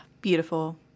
Beautiful